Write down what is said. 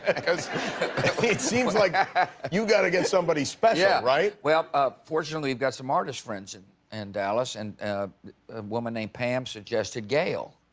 ah cause it seems like you gotta get somebody special, yeah right? yeah. well ah fortunately we've got some artist friends in and dallas and a woman named pam suggested gail,